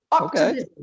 Okay